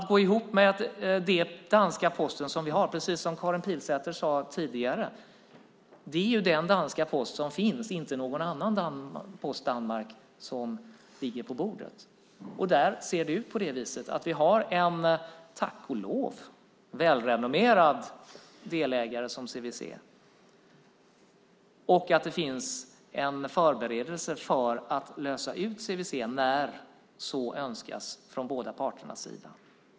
Man går ihop med den danska Posten som vi har. Som Karin Pilsäter sade tidigare är det den danska post som finns, och inte någon annan post i Danmark som ligger på bordet. Där ser det ut på det viset att vi har en - tack och lov - välrenommerad delägare som CVC. Det finns också en förberedelse för att lösa ut CVC när så önskas från båda parternas sida.